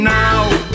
now